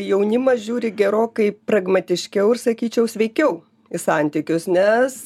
jaunimas žiūri gerokai pragmatiškiau ir sakyčiau sveikiau į santykius nes